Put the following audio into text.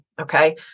Okay